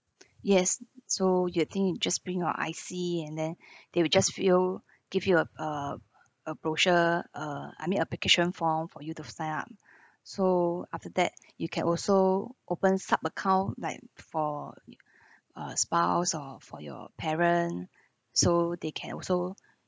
yes so you'd think you just bring your I_C and then they will just fill give you a uh a brochure uh I mean application form for you to sign up so after that you can also open sub account like for uh spouse or for your parent so they can also